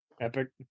epic